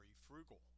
frugal